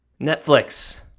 Netflix